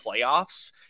playoffs